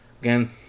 Again